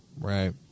right